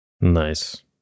nice